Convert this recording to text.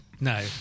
No